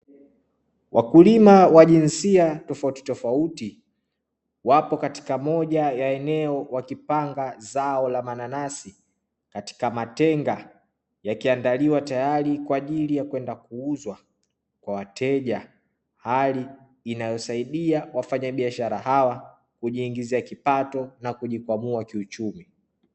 Wakulima wa jinsia tofautitofauti, wapo katika moja ya eneo wakipanga zao la mananasi katika matenga, yakiandaliwa tayari kwa ajili ya kwenda kuuzwa kwa wateja. Hali inayosaidia wafanyabiashara hawa kujiingizia kipato na kujikwamua kiuchumi.